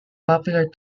popular